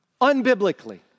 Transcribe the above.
unbiblically